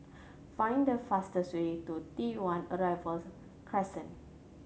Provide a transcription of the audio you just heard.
find the fastest way to T One Arrivals Crescent